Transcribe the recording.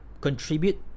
contribute